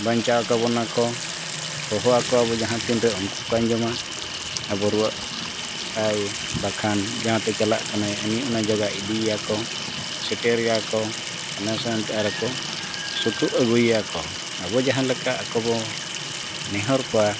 ᱵᱟᱧᱪᱟᱣ ᱠᱟᱵᱚᱱᱟ ᱠᱚ ᱦᱚᱦᱚ ᱠᱚᱣᱟᱵᱚᱱ ᱡᱟᱦᱟᱸ ᱛᱤᱱᱨᱮ ᱩᱱᱠᱩ ᱠᱚ ᱟᱸᱡᱚᱢᱟ ᱟᱵᱚ ᱨᱩᱣᱟᱹᱜ ᱟᱭ ᱵᱟᱠᱷᱟᱱ ᱡᱟᱦᱟᱸ ᱛᱮ ᱪᱟᱞᱟᱜ ᱠᱟᱱᱟᱭ ᱩᱱᱤ ᱚᱱᱟ ᱡᱟᱭᱜᱟ ᱤᱫᱤᱭᱮᱭᱟ ᱠᱚ ᱥᱮᱴᱮᱨᱮᱭᱟ ᱠᱚ ᱚᱱᱟ ᱥᱟᱶᱛᱮ ᱟᱨ ᱥᱩᱛᱩᱜ ᱟᱹᱜᱩᱭᱮᱭᱟ ᱠᱚ ᱟᱵᱚ ᱡᱟᱦᱟᱸ ᱞᱮᱠᱟ ᱟᱠᱚ ᱵᱚᱱ ᱱᱮᱦᱚᱨ ᱠᱚᱣᱟ